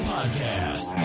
Podcast